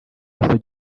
faso